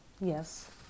Yes